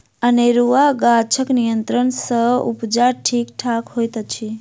अनेरूआ गाछक नियंत्रण सँ उपजा ठीक ठाक होइत अछि